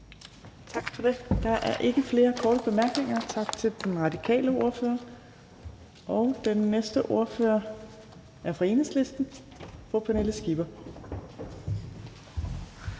Tak for det. Der er ikke flere korte bemærkninger. Tak til den radikale ordfører. Den næste ordfører er fra Enhedslisten, fru Pernille Skipper.